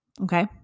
Okay